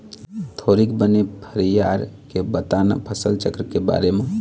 थोरिक बने फरियार के बता न फसल चक्र के बारे म